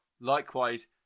likewise